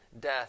death